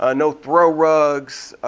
ah no throw rugs.